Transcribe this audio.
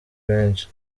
benshi